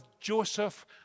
Joseph